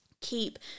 keep